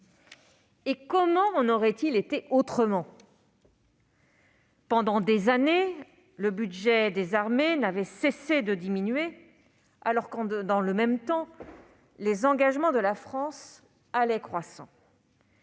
Et comment en aurait-il été autrement ? Pendant des années, le budget des armées n'avait cessé de diminuer alors que, dans le même temps, les engagements de la France allaient croissant.